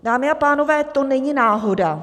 Dámy a pánové, to není náhoda!